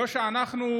לא שאנחנו,